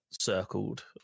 circled